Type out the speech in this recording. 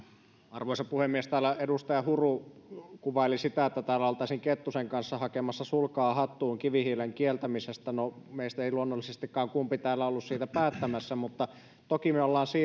arvoisa puhemies täällä edustaja huru kuvaili sitä että täällä oltaisiin kettusen kanssa hakemassa sulkaa hattuun kivihiilen kieltämisestä no meistä ei luonnollisestikaan kumpikaan täällä ollut siitä päättämässä mutta toki me olemme